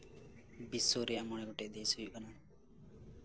ᱵᱤᱥᱥᱚ ᱨᱮᱭᱟᱜ ᱢᱚᱬᱮ ᱜᱚᱴᱮᱡ ᱫᱮᱥ ᱦᱩᱭᱩᱜ ᱠᱟᱱᱟ